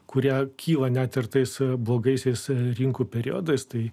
kurie kyla net ir tais blogaisiais rinkų periodais tai